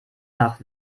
nach